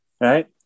right